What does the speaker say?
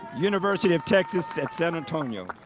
university of texas at san antonio.